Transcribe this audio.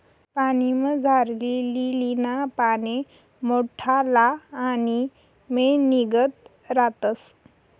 पाणीमझारली लीलीना पाने मोठल्ला आणि मेणनीगत रातस